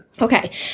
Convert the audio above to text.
Okay